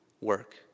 work